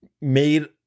made